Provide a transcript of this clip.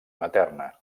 materna